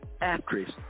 actress